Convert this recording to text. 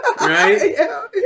Right